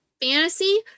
fantasy